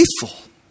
faithful